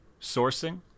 sourcing